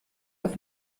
auf